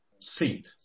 seat